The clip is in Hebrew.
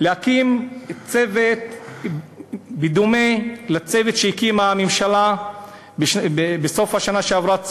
להקים צוות בדומה לצוות שהקימה הממשלה בסוף השנה שעברה,